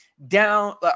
Down –